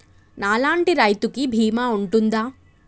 నా లాంటి రైతు కి బీమా ఉంటుందా?